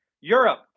Europe